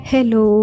Hello